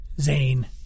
Zane